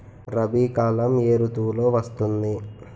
రబీ కాలం ఏ ఋతువులో వస్తుంది?